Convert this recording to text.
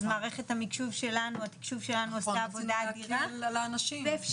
אז מערכת התקשוב שלנו עשתה עבודה אדירה ואפשר